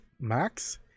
max